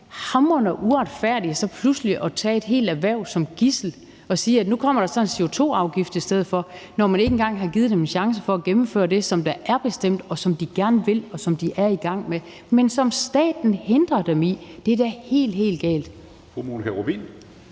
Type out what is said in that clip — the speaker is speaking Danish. hamrende uretfærdigt pludselig at tage et helt erhverv som gidsel og sige, at nu kommer der så en CO2-afgift i stedet for, når man ikke engang har givet dem en chance for at gennemføre det, som er bestemt, som de gerne vil, og som de er i gang med, men som staten hindrer dem i. Det er da helt, helt galt.